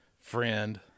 Friend